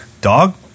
dog